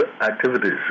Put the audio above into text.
activities